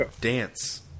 dance